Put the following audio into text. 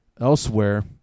elsewhere